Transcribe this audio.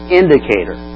indicator